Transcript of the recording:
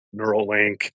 Neuralink